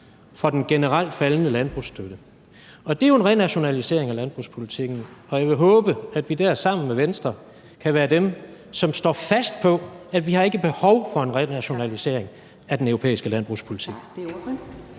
for den generelt faldende landbrugsstøtte. Det er jo en renationalisering af landbrugspolitikken. Jeg vil håbe, at vi sammen med Venstre kan være dem, der står fast på, at vi ikke har behov for en renationalisering af den europæiske landbrugspolitik.